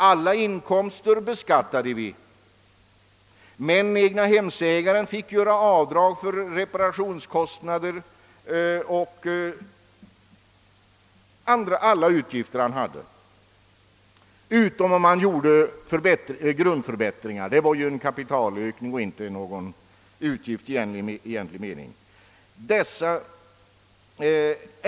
Alla inkomster beskattades, men egnahemsägaren fick göra avdrag för reparationskostnader och andra utgifter han hade utom om det gällde grundförbättringar, som ju innebär en kapitalökning och inte medför några kostnader i egentlig mening.